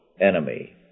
enemy